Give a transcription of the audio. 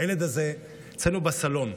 הילד הזה אצלנו בסלון,